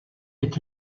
est